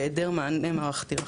בהיעדר מענה מערכתי רחב.